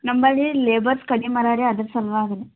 ನಮ್ಮ ಬಳಿ ಲೇಬರ್ಸ್ ಕಡಿಮೆ ಇದಾರ್ ರೀ ಅದ್ರ ಸಲುವಾಗಿ